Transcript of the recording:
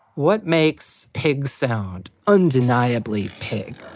what makes pigs sound undeniably pig.